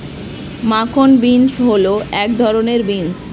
মাখন বিন্স হল এক ধরনের বিন্স